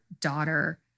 daughter